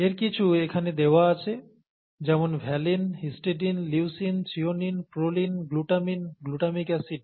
এর কিছু এখানে দেওয়া আছে যেমন valine histidine leucine threonine proline glutamine glutamic acid